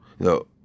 No